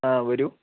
ആ വരൂ